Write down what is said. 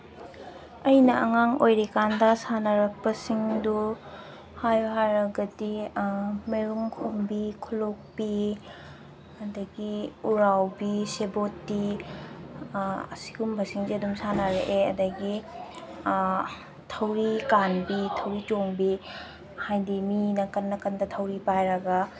ꯑꯩꯅ ꯑꯉꯥꯡ ꯑꯣꯏꯔꯤꯀꯥꯟꯗ ꯁꯥꯟꯅꯔꯛꯄꯁꯤꯡꯗꯨ ꯍꯥꯏꯌꯨ ꯍꯥꯏꯔꯒꯗꯤ ꯃꯔꯨꯝ ꯈꯣꯝꯕꯤ ꯈꯨꯠꯂꯣꯛꯄꯤ ꯑꯗꯒꯤ ꯎꯔꯥꯎꯕꯤ ꯁꯦꯕꯣꯠꯇꯤ ꯑꯁꯤꯒꯨꯝꯕꯁꯤꯡꯁꯦ ꯑꯗꯨꯝ ꯁꯥꯟꯅꯔꯛꯑꯦ ꯑꯗꯒꯤ ꯊꯧꯔꯤ ꯀꯥꯟꯕꯤ ꯊꯧꯔꯤ ꯆꯣꯡꯕꯤ ꯍꯥꯏꯗꯤ ꯃꯤ ꯅꯥꯀꯟ ꯅꯥꯀꯟꯗ ꯊꯧꯔꯤ ꯄꯥꯏꯔꯒ